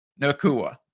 Nakua